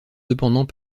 cependant